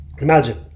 Imagine